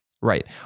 Right